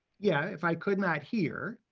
yeah, if i could not hear.